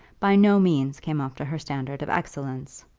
by no means came up to her standard of excellence.